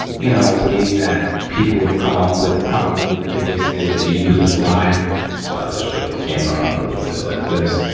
you know, ways that people have come up with. probably the biggest is to use a slide. i'll just put the camera up a little bit like this.